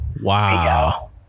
Wow